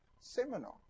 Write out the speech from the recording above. Seminar